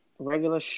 Regular